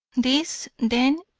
this, then,